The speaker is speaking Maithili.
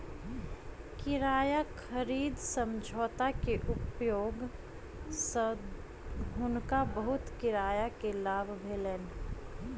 किराया खरीद समझौता के उपयोग सँ हुनका बहुत किराया के लाभ भेलैन